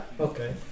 Okay